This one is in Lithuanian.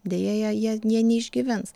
deja jie jie jie neišgyvens